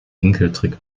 enkeltrick